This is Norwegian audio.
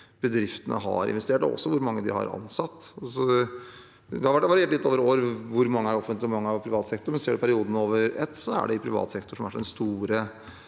bedriftene har investert, og også hvor mange de har ansatt. Det har variert litt over år hvor mange som er i det offentlige, og hvor mange som er i privat sektor, men ser vi perioden over ett, er det privat sektor som har vært den store